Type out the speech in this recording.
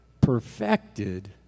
Perfected